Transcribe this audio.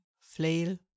flail